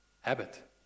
habit